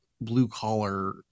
blue-collar